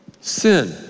sin